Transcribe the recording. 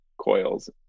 coils